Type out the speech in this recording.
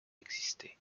existé